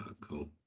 Cool